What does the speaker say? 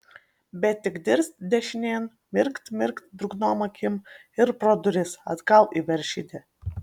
bet tik dirst dešinėn mirkt mirkt drungnom akim ir pro duris atgal į veršidę